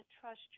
trust